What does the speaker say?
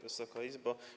Wysoka Izbo!